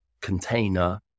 container